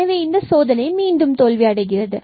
எனவே இந்த சோதனை மீண்டும் தோல்வி அடைகிறது